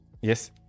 yes